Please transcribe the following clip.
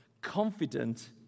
confident